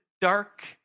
dark